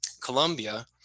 Colombia